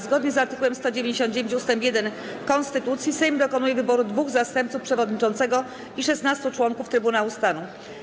Zgodnie z art. 199 ust. 1 konstytucji Sejm dokonuje wyboru dwóch zastępców przewodniczącego i 16 członków Trybunału Stanu.